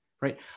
right